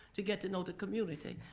to get to know the community.